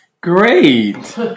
Great